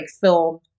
film